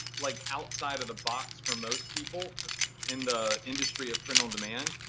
like, outside of the box for most people in the industry of print on demand,